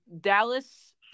Dallas